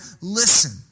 Listen